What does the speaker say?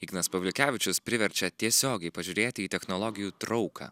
ignas pavliukevičius priverčia tiesiogiai pažiūrėti į technologijų trauką